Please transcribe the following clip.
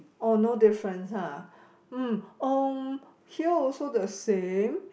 oh no difference ha mm um here also the same